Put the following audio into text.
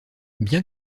bien